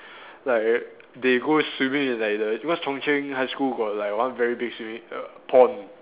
like they go swimming in like the because Chung-Cheng high school got like one very big swimming err pond